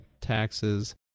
taxes